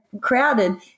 crowded